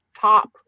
top